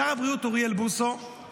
שר הבריאות אוריאל בוסו,